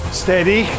steady